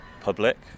public